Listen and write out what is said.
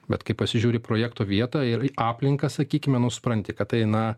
bet kai pasižiūri projekto vietą ir aplinką sakykime nu supranti kad tai na